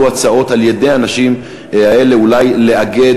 עלו הצעות על-ידי הנשים האלה אולי לאגד